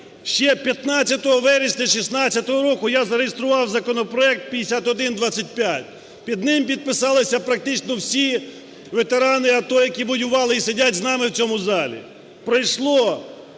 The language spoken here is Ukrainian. Ще 15 вересня 2016 року я зареєстрував законопроект 5125. Під ним підписалися практично всі ветерани АТО, які воювали і сидять з нами в цьому залі.